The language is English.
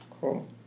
Cool